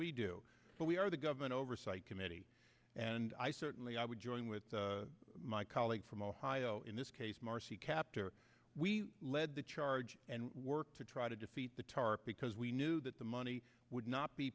but we are the government oversight committee and i certainly i would join with my colleague from ohio in this case marcy kaptur we led the charge and worked to try to defeat the tarp because we knew that the money would not be